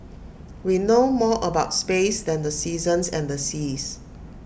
we know more about space than the seasons and the seas